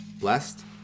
blessed